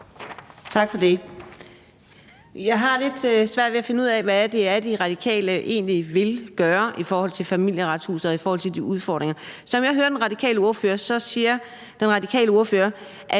Tak for det. Jeg har lidt svært ved at finde ud af, hvad det er, De Radikale egentlig vil gøre i forhold til Familieretshuset og i forhold til de udfordringer, der er. Som jeg hører den radikale ordfører, siger den radikale ordfører,